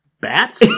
bats